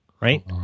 Right